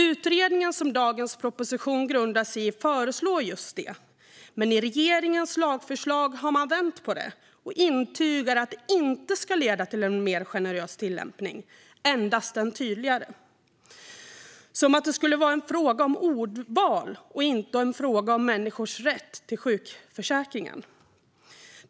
Utredningen som dagens proposition grundade sig i föreslår just det, men i regeringens lagförslag har man vänt på det. Man intygar att detta inte ska leda till en mer generös tillämpning utan endast en tydligare - som om det skulle vara en fråga om ordval och inte om människors rätt till sjukförsäkringen.